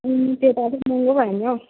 त्यो अलिक महँगो भयो नि हौ